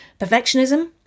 perfectionism